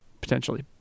potentially